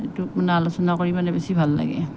এইটো মানে আলোচনা কৰি মানে বেছি ভাল লাগে